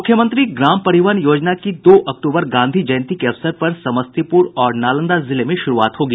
मुख्यमंत्री ग्राम परिवहन योजना की दो अक्टूबर गांधी जयंती के अवसर पर समस्तीपुर और नालंदा जिले में शुरूआत होगी